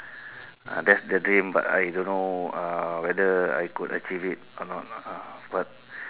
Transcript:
uh that's the dream but I don't know uh whether I could achieve it or not ah but